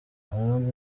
abarundi